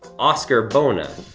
oscar bona,